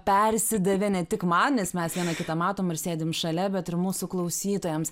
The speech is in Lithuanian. persidavė ne tik man nes mes viena kitą matom ir sėdim šalia bet ir mūsų klausytojams